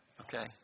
okay